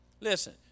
Listen